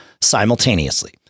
simultaneously